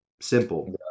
Simple